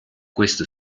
questo